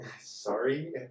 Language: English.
Sorry